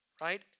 right